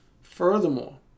Furthermore